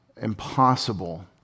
impossible